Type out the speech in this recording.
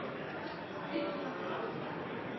vi også sørge for